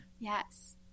Yes